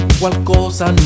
qualcosa